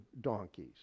donkeys